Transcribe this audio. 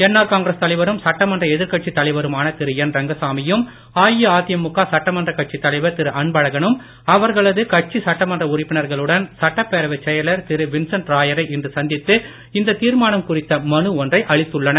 NR Congress தலைவரும் சட்டமன்ற எதிர்கட்சி தலைவருமான திரு என் ரங்கசாமியும் அஇஅதிமுக சட்டமன்ற கட்சித் தலைவர் திரு அன்பழகனும் அவர்களது கட்சி சட்டமன்ற உறுப்பினர்களுடன் சட்டப் பேரவை செயலர் திரு வின்சன்ட் ராயரை இன்று சந்தித்து இந்த தீர்மானம் குறித்த மனு ஒன்றை அளித்துள்ளனர்